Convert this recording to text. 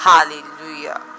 Hallelujah